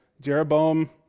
Jeroboam